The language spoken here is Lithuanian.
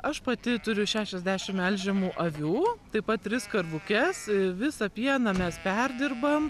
aš pati turiu šešiasdešim melžiamų avių taip pat tris karvukes visą pieną mes perdirbam